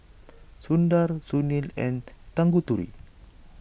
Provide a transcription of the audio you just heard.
Sundar Sunil and Tanguturi